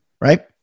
right